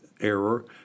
error